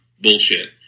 bullshit